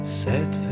set